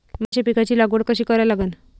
मक्याच्या पिकाची लागवड कशी करा लागन?